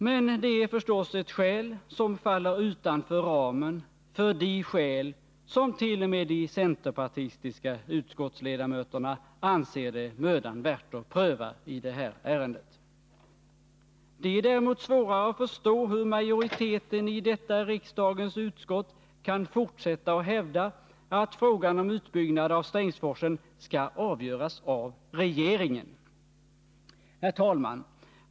Men det är förstås ett skäl som faller utanför ramen för de skäl som t.o.m. de centerpartistiska utskottsledamöterna anser det mödan värt att pröva i det här ärendet. Det är däremot svårare att förstå hur majoriteten i detta riksdagens utskott kan fortsätta att hävda att frågan om utbyggnad av Strängsforsen skall avgöras av regeringen. Herr talman!